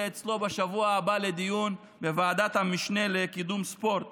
אליו בשבוע הבא לדיון בוועדת המשנה לקידום הספורט